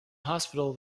hospital